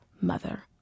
mother